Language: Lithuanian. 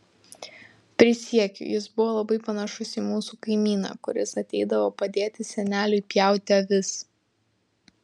prisiekiu jis buvo labai panašus į mūsų kaimyną kuris ateidavo padėti seneliui pjauti avis